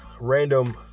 random